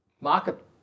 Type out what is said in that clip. market